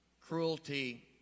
cruelty